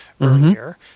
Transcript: earlier